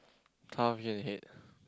tough year ahead